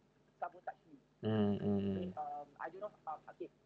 mm mm mm